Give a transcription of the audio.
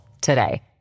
today